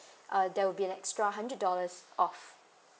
uh that'll be an extra hundred dollars off